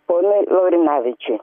ponui laurinavičiui